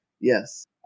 yes